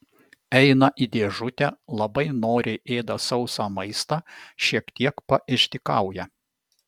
eina į dėžutę labai noriai ėda sausą maistą šiek tiek paišdykauja